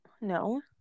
No